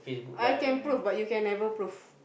I can prove but you can never prove